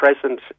present